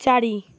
ଚାରି